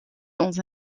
dans